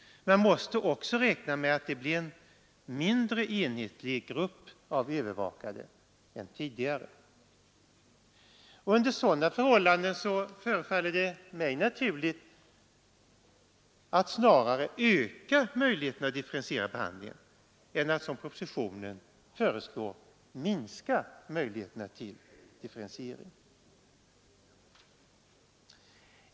Man måste också räkna med att det blir en mindre enhetlig grupp av övervakade än tidigare. Under sådana förhållanden förefaller det mig naturligt att snarare öka möjligheterna att differentiera behandlingen än att, som propositionen föreslår, minska möjligheterna till differentiering.